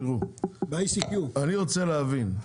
תראו, אני רוצה להבין,